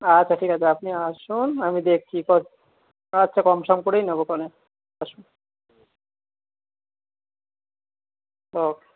আচ্ছা ঠিক আছে আপনি আসুন আমি দেখছি তো আচ্ছা কম সম করেই নেবো ক্ষনে আসুন ওকে